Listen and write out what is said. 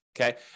Okay